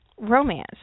romance